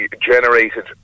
generated